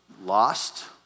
lost